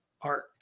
art